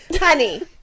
Honey